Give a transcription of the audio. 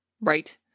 Right